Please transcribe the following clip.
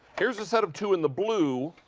here's a set of two in the blue.